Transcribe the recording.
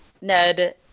Ned